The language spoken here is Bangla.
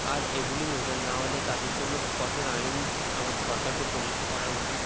আর এগুলি মেনে যাওয়া না হলে তাদের জন্য কঠোর আইন আমাদের সরকারকে প্রযোজ্য করা উচিত